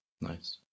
Nice